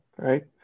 Right